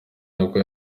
nibwo